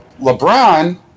LeBron